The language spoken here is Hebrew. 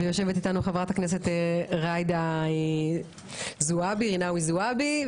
יושבת אתנו חברת הכנסת ג'ידא רינאוי זועבי.